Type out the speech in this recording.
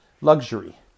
luxury